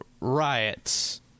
Riots